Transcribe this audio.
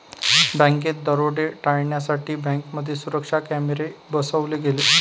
बँकात दरोडे टाळण्यासाठी बँकांमध्ये सुरक्षा कॅमेरे बसवले गेले